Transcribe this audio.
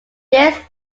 this